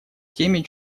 теме